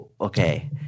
okay